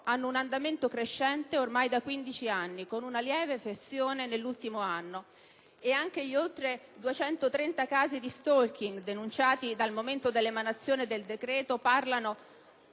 hanno un andamento crescente ormai da 15 anni, con una lieve flessione nell'ultimo anno. Ed anche gli oltre 230 casi di *stalking* denunciati dal momento dell'emanazione del decreto parlano